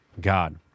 God